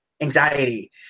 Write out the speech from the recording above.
anxiety